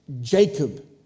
Jacob